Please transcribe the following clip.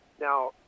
Now